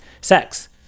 sex